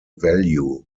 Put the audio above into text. value